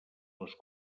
les